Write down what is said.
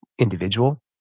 individual